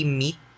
meet